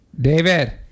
David